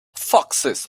foxes